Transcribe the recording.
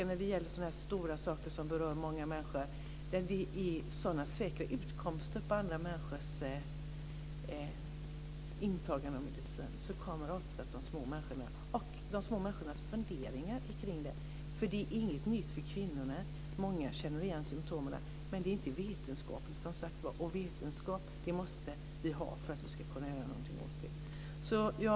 När det gäller sådana här stora saker, som berör många människor och ger sådana säkra utkomster av andra människors intagande av medicin, verkar det som om de små människorna och de små människornas funderingar oftast kommer i kläm. Detta är inget nytt för kvinnorna. Många känner igen symtomen. Men det är som sagt var inte vetenskapligt, och vetenskap måste vi ha för att kunna göra någonting åt det.